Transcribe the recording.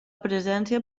presència